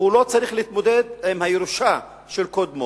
לא צריך להתמודד עם הירושה של קודמו.